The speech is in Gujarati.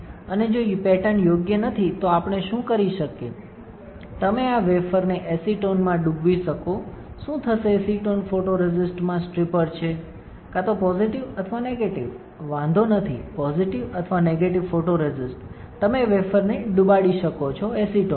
અને જો પેટર્ન યોગ્ય નથી તો આપણે શું કરી શકીએ તમે આ વેફરને એસીટોનમાં ડૂબાવી શકો શું થશે એસીટોન ફોટોરેસિસ્ટ માટે સ્ટ્રિપર છે કા તો પોઝિટિવ અથવા નેગેટિવ વાંધો નથી પોઝિટિવ અથવા નેગેટિવ ફોટોરેસિસ્ટ તમે વેફરને ડુબાડી શકો છો એસિટોનમાં